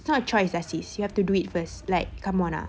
it's not a choice lah sis you have to do it first like come on ah